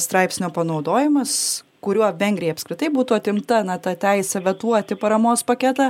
straipsnio panaudojimas kuriuo vengrijai apskritai būtų atimta na ta teisė vetuoti paramos paketą